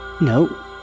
No